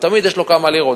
ותמיד יש לו כמה לירות,